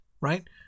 right